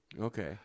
Okay